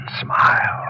Smile